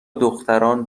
دختران